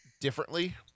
differently